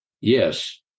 Yes